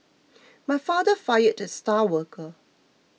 my father fired the star worker